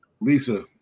Lisa